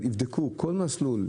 שיבדקו כל מסלול,